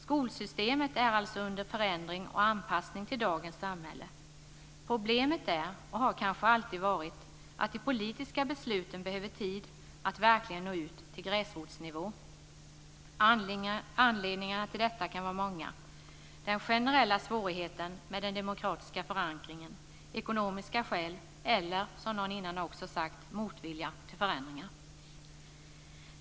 Skolsystemet är alltså under förändring och anpassning till dagens samhälle. Problemet är och har kanske alltid varit att de politiska besluten behöver tid att verkligen nå ut till gräsrotsnivå. Anledningarna till detta kan vara många: den generella svårigheten med den demokratiska förankringen, ekonomiska skäl eller, som någon tidigare också sagt, motvilja till förändringar.